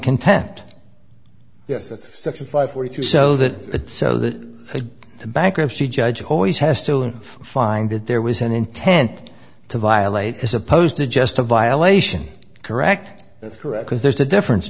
contempt yes the thirty five forty two so that so that a bankruptcy judge always has to find that there was an intent to violate as opposed to just a violation correct that's correct because there's a difference